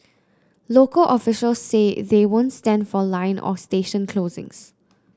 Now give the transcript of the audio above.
local officials say they won't stand for line or station closings